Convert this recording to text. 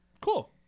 Cool